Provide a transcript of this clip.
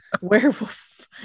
Werewolf